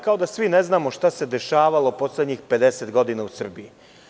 Kao da svi ne znamo šta se dešavalo poslednjih 50 godina u Srbiji.